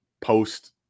post